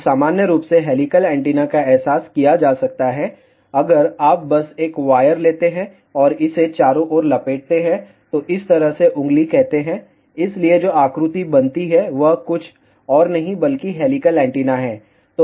तो सामान्य रूप से हेलिकल एंटीना का एहसास किया जा सकता है अगर आप बस एक वायर लेते हैं और इसे चारों ओर लपेटते हैं तो इस तरह से उंगली कहते हैं इसलिए जो आकृति बनती है वह कुछ और नहीं बल्कि हेलिकल एंटीना है